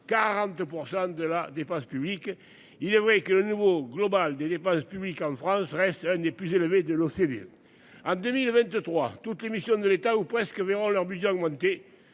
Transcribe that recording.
40% de la dépense publique. Il est vrai que le niveau global des dépenses publiques en France reste n'est plus élevé de l'OCDE. En 2023, toutes les missions de l'État ou presque verront leur budget augmenter